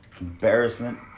embarrassment